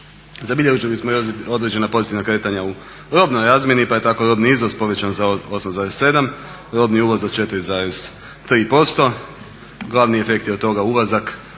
Zabilježili smo i određena pozitivna kretanja u robnoj razmjeni pa je tako robni izvoz povećan za 8,7, robni uvoz za 4,3%. Glavni efekt od toga ulazak